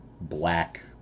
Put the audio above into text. Black